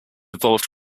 evolved